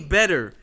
better